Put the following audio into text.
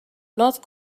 not